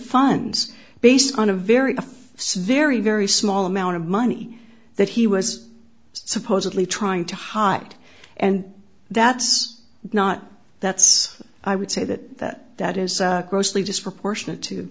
fines based on a very small very very small amount of money that he was supposedly trying to hide and that's not that's i would say that that is grossly disproportionate to